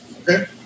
Okay